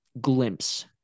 glimpse